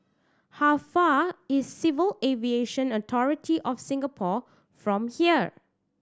how far is Civil Aviation Authority of Singapore from here